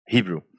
Hebrew